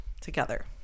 together